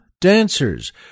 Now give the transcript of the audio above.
Dancers